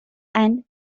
and